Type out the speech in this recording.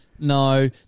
No